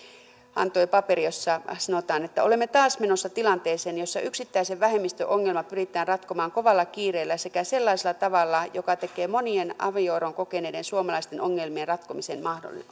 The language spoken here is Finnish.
antoi paperin jossa sanotaan että olemme taas menossa tilanteeseen jossa yksittäisen vähemmistön ongelma pyritään ratkomaan kovalla kiireellä sekä sellaisella tavalla joka tekee monien avioeron kokeneiden suomalaisten ongelmien ratkomisen